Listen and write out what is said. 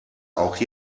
auch